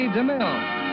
DeMille